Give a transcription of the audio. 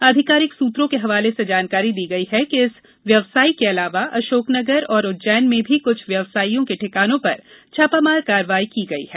आधिकारिक सूत्रों के हवाले से जानकारी दी गई कि इस व्यवसायी के अलावा अशोकनगर और उज्जैन में भी कुछ व्यवसाइयों के ठिकानों पर छापामार कार्यवाही की गई है